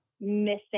missing